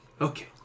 Okay